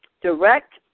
direct